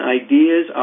ideas